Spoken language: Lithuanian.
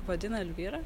vadina elvyra